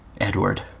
Edward